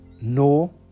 no